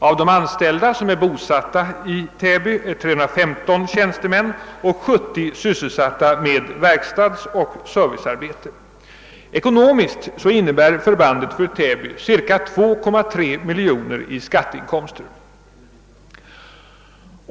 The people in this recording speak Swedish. Av de anställda som är bosatta i Täby är 315 personer tjänstemän och 70 arbetare sysselsatta med verkstadsoch servicearbete. Ekonomiskt innebär förbandet för Täby cirka 2,3 miljoner i skatteinkomster.